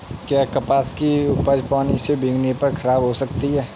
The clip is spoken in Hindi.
क्या कपास की उपज पानी से भीगने पर खराब हो सकती है?